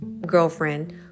girlfriend